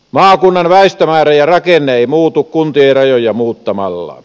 maakunnan väestömäärä ja rakenne ei muutu kuntien rajoja muuttamalla